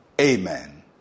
amen